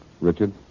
Richard